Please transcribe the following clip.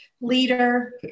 leader